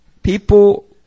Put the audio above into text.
People